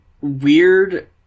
weird